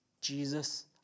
Jesus